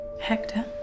Hector